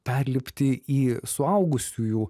perlipti į suaugusiųjų